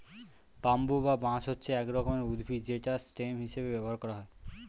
bamboo বা বাঁশ হচ্ছে এক রকমের উদ্ভিদ যেটা স্টেম হিসেবে ব্যবহার করা হয়